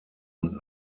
und